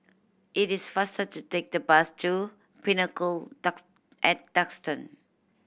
it is faster to take the bus to Pinnacle at Duxton